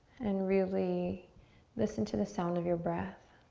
and really listen to the sound of your breath.